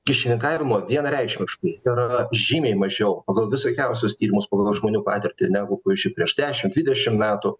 kyšininkavimo vienareikšmiškai yra žymiai mažiau pagal visokiausius tyrimus pagal žmonių patirtį negu pavyzdžiui prieš dešim dvidešim metų